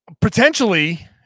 potentially